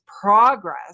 progress